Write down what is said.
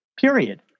period